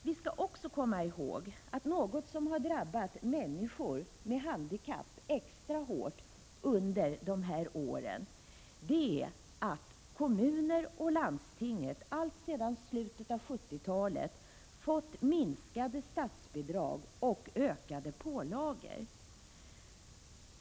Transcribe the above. Vi skall också komma ihåg att något som drabbat människor med handikapp extra hårt under dessa år är att kommuner och landsting alltsedan slutet av 1970-talet fått minskade statsbidrag och ökade pålagor.